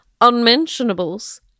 unmentionables